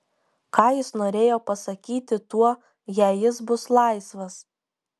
ką jis norėjo pasakyti tuo jei jis bus laisvas